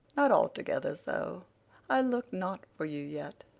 not altogether so i look'd not for you yet,